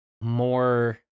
more